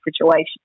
situation